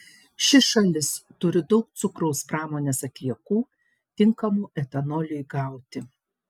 ši šalis turi daug cukraus pramonės atliekų tinkamų etanoliui gauti